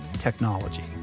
technology